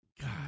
God